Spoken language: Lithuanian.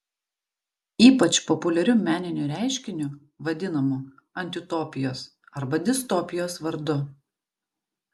ypač populiariu meniniu reiškiniu vadinamu antiutopijos arba distopijos vardu